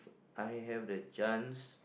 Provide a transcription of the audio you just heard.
I have the chances